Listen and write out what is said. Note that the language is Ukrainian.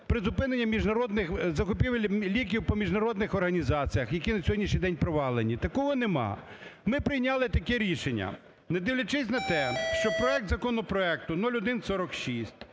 міжнародних, закупівель ліків по міжнародних організаціях, які на сьогоднішній день провалені. Такого нема. Ми прийняли таке рішення: не дивлячись на те, що проект законопроекту 0146